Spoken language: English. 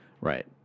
Right